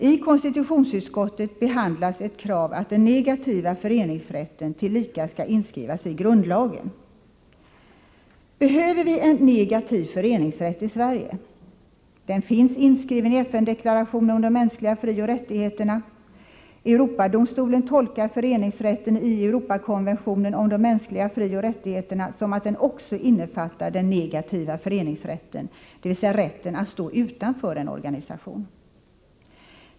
I konstitutionsutskottet behandlas ett krav att den negativa föreningsrätten tillika skall inskrivas i grundlagen. Behöver vi en negativ föreningsrätt i Sverige? Den finns inskriven i FN-deklarationen om de mänskliga frioch rättigheterna. Europadomstolen tolkar föreningsrätten i Europakonventionen om de mänskliga frioch rättigheterna som att den också innefattar den negativa föreningsrätten, dvs. rätten att stå utanför en organisation.